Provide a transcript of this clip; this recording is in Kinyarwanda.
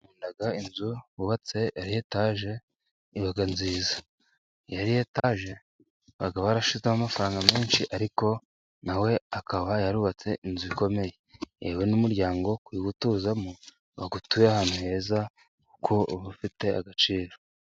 Nkunda inzu bubatse ari etaje iba nziza, iyo ari etaje aba yarashizeho amafaranga menshi, ariko nawe akaba yarubatse inzu ikomeye yewe n' umuryango ukwiye kuwutuzamo baba batuye ahantu heza kuko bafite agaciro.